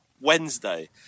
wednesday